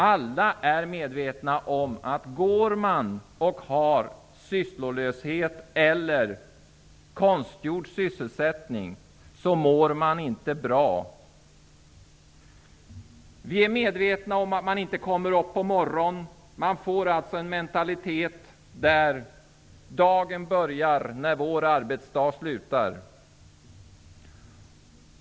Alla är medvetna om att man inte mår bra av sysslolöshet eller konstgjord sysselsättning. Vi är medvetna om att man inte kommer upp på morgonen. Man får alltså en tillvaro där dagen börjar när de arbetandes arbetsdag slutar.